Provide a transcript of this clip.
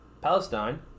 Palestine